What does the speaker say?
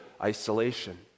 isolation